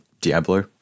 Diablo